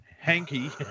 Hanky